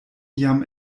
jam